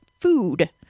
food